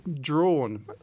drawn